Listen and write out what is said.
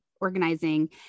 organizing